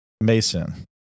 Mason